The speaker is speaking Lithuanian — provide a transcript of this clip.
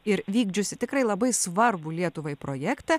ir vykdžiusi tikrai labai svarbų lietuvai projektą